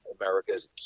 America's